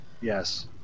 Yes